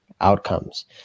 outcomes